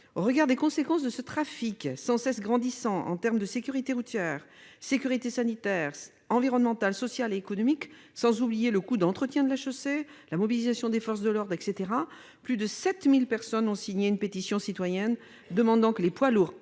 Au regard des conséquences de ce trafic sans cesse grandissant en termes de sécurité routière, sanitaire, environnementale, sociale et économique, sans oublier le coût d'entretien de la chaussée et la mobilisation des forces de l'ordre, plus de 7 000 personnes ont signé une pétition citoyenne demandant que les poids lourds